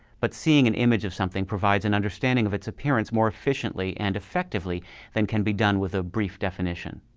but seeing an image of something provides an understanding of its appearance more efficiently and effectively than can be done with a brief definition.